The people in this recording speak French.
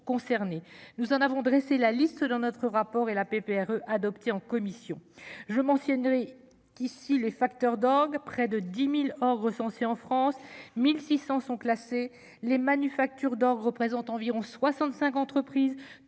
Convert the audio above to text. concernés, nous en avons dressé la liste dans notre rapport et la pépère, adopté en commission, je mentionne qu'ici les facteurs d'orgues, près de 10000 or recensés en France, 1600 sont classés les Manufactures d'orgues représentent environ 65 entreprises